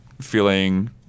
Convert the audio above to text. feeling